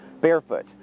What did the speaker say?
barefoot